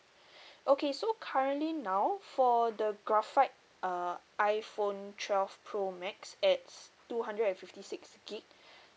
okay so currently now for the graphite uh iphone twelve pro max at two hundred fifty six gig